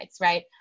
Right